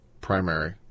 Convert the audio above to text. primary